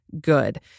good